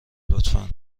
لطفا